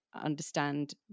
understand